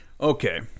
Okay